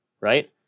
Right